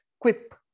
quip